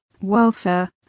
welfare